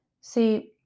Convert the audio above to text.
see